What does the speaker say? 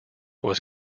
was